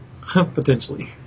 Potentially